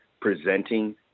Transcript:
presenting